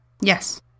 Yes